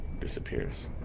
disappears